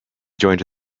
joined